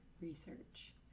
research